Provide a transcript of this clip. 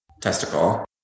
testicle